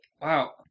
Wow